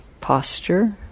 posture